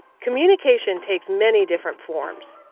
communication takes many different forms.